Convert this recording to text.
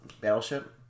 Battleship